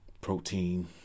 Protein